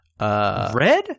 Red